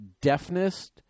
deafness